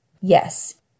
Yes